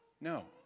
No